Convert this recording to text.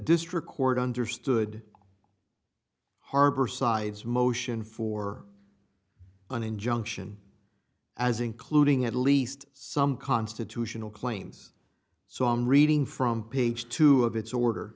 district court understood harbor side's motion for an injunction as including at least some constitutional claims so i'm reading from page two of it's order